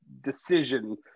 decision